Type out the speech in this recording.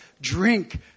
drink